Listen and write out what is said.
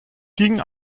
ging